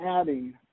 adding